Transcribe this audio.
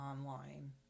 online